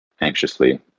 anxiously